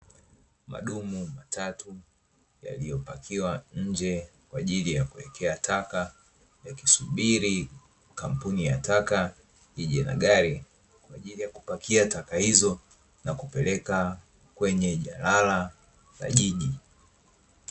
Madumu matatu, yaliyopakiwa nje kwa ajili ya kuwekea taka, yakisubiri kampuni ya taka ili ije na gari kwa ajili ya kupakia taka hizo na kupeleka kwenye jalala la jiji.